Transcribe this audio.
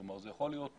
כלומר זה יכול להיות